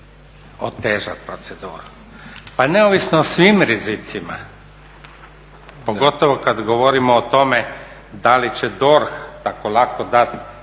otežati proceduru. Pa neovisno o svim rizicima pogotovo kada govorimo o tome da li će DORH tako lako dati